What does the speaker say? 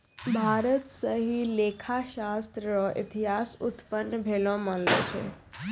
भारत स ही लेखा शास्त्र र इतिहास उत्पन्न भेलो मानलो जाय छै